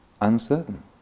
uncertain